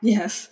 Yes